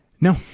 No